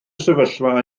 sefyllfa